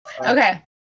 Okay